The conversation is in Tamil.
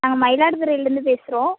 நாங்கள் மயிலாடுதுறைலருந்து பேசுகிறோம்